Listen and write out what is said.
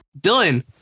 Dylan